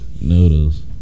Noodles